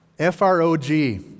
F-R-O-G